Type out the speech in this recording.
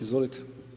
Izvolite.